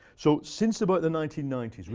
so since about the nineteen ninety s,